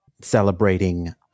celebrating